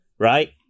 Right